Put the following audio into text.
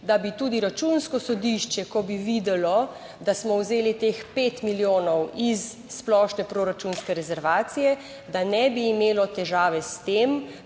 da bi tudi Računsko sodišče, ko bi videlo, da smo vzeli teh pet milijonov iz splošne proračunske rezervacije, da ne bi imelo težave s tem,